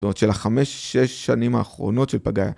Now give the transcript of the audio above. זאת אומרת, של החמש-שש שנים האחרונות של פגעה.